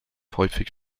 häufig